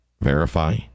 verify